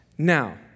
now